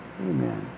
Amen